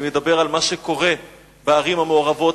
אני מדבר על מה שקורה בערים המעורבות.